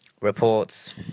reports